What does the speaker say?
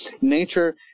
nature